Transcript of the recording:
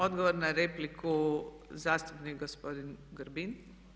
Odgovor na repliku, zastupnik gospodin Grbin.